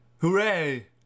Hooray